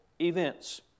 events